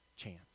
chance